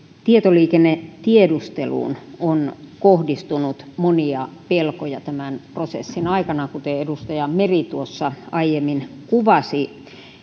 tietoliikennetiedusteluun on kohdistunut monia pelkoja tämän prosessin aikana kuten edustaja meri tuossa aiemmin kuvasi